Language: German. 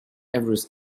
everest